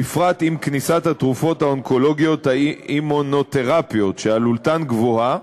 בפרט עם כניסת האונקולוגיות האימונותרפיות שעלותן גבוהה,